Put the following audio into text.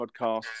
Podcasts